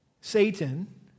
Satan